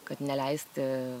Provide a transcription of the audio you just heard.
kad neleisti